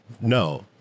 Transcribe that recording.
No